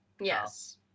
Yes